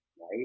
right